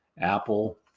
Apple